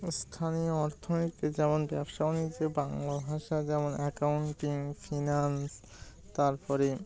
স্থানীয় অর্থনীতি যেমন ব্যবসা বাণিজ্যে বাংলা ভাষা যেমন অ্যাকাউন্টিং ফিনান্স তারপরে